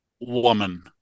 woman